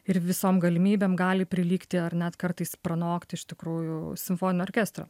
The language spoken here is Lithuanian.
ir visom galimybėm gali prilygti ar net kartais pranokti iš tikrųjų simfoninio orkestro